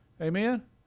Amen